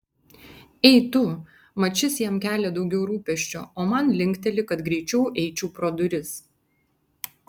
ei tu mat šis jam kelia daugiau rūpesčio o man linkteli kad greičiau eičiau pro duris